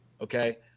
Okay